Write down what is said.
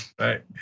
Right